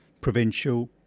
provincial